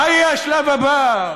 מה יהיה השלב הבא,